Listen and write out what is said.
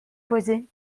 poser